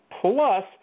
plus